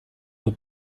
los